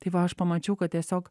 tai va aš pamačiau kad tiesiog